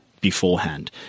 beforehand